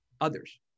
others